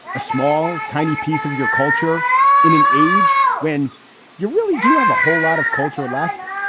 a small, tiny piece of your culture in an age when you really do have a whole lot of culture left.